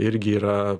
irgi yra